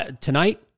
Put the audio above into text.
tonight